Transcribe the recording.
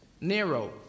Nero